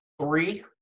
three